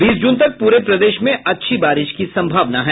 बीस जून तक प्रे प्रदेश में अच्छी बारिश की संभावना है